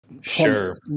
sure